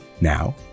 Now